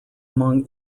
among